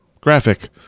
graphic